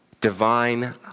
divine